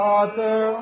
Father